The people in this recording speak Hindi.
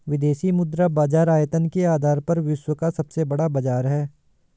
विदेशी मुद्रा बाजार आयतन के आधार पर विश्व का सबसे बड़ा बाज़ार है